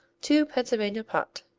to pennsylvania pot.